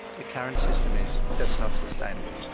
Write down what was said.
the current system is just not sustainable.